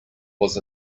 was